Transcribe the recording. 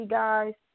guys